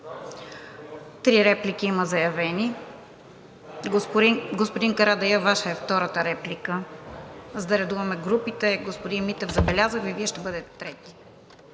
Три реплики има заявени. Господин Карадайъ, Ваша е втората реплика, за да редуваме групите. Господин Митев, забелязах Ви, Вие ще бъдете трети.